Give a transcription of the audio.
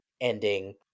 ending